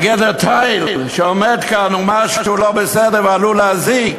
שבגדר התיל שעומדת כאן משהו לא בסדר ועלול להזיק,